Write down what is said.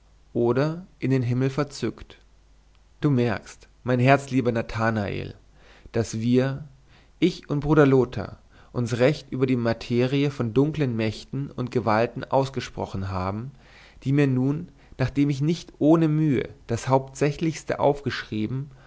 oder in den himmel verzückt du merkst mein herzlieber nathanael daß wir ich und bruder lothar uns recht über die materie von dunklen mächten und gewalten ausgesprochen haben die mir nun nachdem ich nicht ohne mühe das hauptsächlichste aufgeschrieben